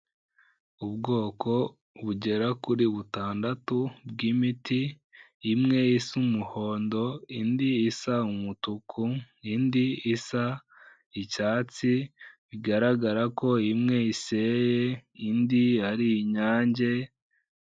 Ubwoko bugera kuri butandatu bw'imiti, imwe isa umuhondo, indi isa umutuku, indi isa icyatsi, bigaragara ko imwe iseye, indi ari inyange.